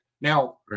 Now